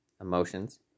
emotions